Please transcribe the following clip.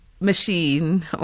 machine